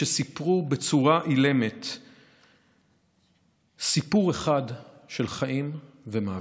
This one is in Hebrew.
שסיפרו בצורה אילמת סיפור אחד של חיים ומוות.